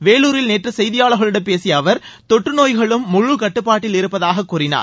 வேலூரில் நேற்று செய்தியாளர்களிடம் பேசிய அவர் தொற்றநோய்களும் முழு கட்டுப்பாட்டில் இருப்பதாகக் கூறினார்